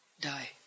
die